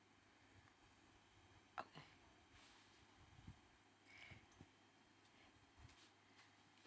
oh